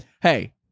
Hey